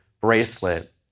bracelet